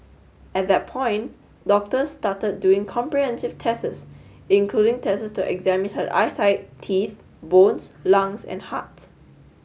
at that point doctors started doing comprehensive tests including tests to examine her eyesight teeth bones lungs and heart